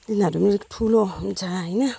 तिनीहरू पनि ठुलो हुन्छ हैन